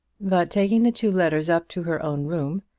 but taking the two letters up to her own room,